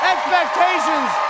Expectations